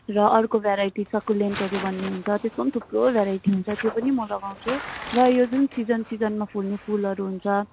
र अर्को भेराइटी सकुलेन्टहरू भन्ने हुन्छ त्यसको पनि थुप्रो भेराइटी हुन्छ त्यो पनि म लगाउँछु र यो सिजन सिजनमा फुल्ने फुलहरू हुन्छ